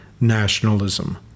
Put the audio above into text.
nationalism